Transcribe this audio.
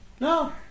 No